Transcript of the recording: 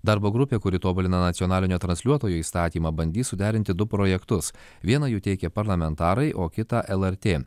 darbo grupė kuri tobulina nacionalinio transliuotojo įstatymą bandys suderinti du projektus vieną jų teikia parlamentarai o kitą lrt